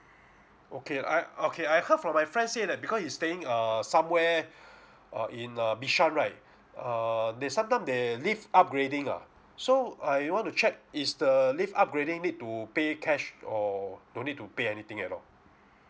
okay I okay I heard from my friends say that because he's staying err somewhere uh in uh bishan right err they sometime they lift upgrading ah so I want to check is the lift upgrading need to pay cash or don't need to pay anything at all